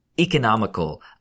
Economical